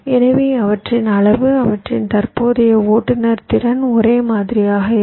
எனவே அவற்றின் அளவு அவற்றின் தற்போதைய ஓட்டுநர் திறன் ஒரே மாதிரியாக இருக்கும்